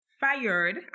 Fired